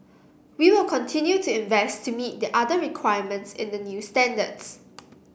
we will continue to invest to meet the other requirements in the new standards